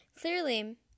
Clearly